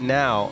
now